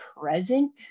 present